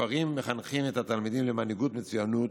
הכפרים מחנכים את התלמידים למנהיגות, מצוינות,